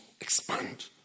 expand